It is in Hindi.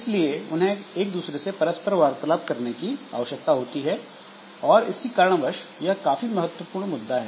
इसलिए उन्हें एक दूसरे से परस्पर वार्तालाप करने की आवश्यकता होती है और इसी कारणवश यह काफी महत्वपूर्ण मुद्दा है